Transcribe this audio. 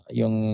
yung